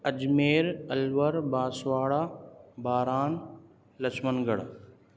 Ajmer Alwar Banswara Baran Lakshman Garh